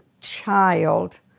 child